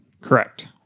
correct